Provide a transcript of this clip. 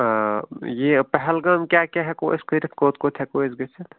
آ یہِ پیٚہلگام کیٛاہ کیٛاہ ہٮ۪کو أسۍ کٔرِتھ کوٚت کوٚت ہٮ۪کو أسۍ گٔژھتھ